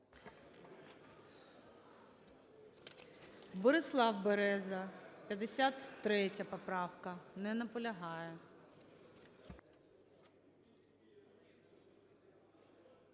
Борислав Береза. 53 поправка. Не наполягає.